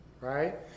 Right